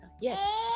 Yes